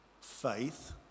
faith